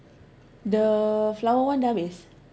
the flower one dah habis